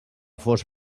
fos